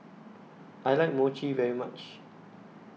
I like Mochi very much